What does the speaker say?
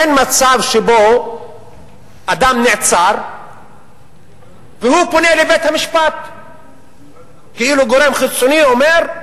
אין מצב שבו אדם נעצר והוא פונה לבית-המשפט כאילו גורם חיצוני אומר: